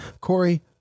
Corey